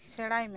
ᱥᱮᱬᱟᱭ ᱢᱮ